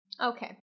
Okay